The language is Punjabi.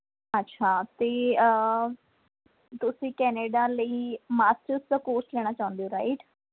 ਅੱਛਾ ਅਤੇ ਤੁਸੀਂ ਕੈਨੇਡਾ ਲਈ ਮਾਸਟਰਸ ਦਾ ਕੋਰਸ ਲੈਣਾ ਚਾਹੁੰਦੇ ਹੋ ਰਾਈਟ